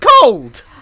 cold